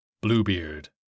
Bluebeard